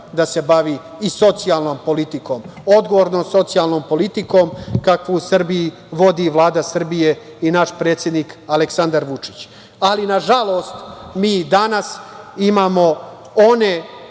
da se bavi i socijalnom politikom, odgovornom socijalnom politikom kakvu u Srbiji vodi Vlada Srbije i naš predsednik Aleksandar Vučić. Nažalost, mi i danas imamo one